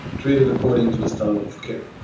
treated according to the standard of care.